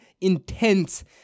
intense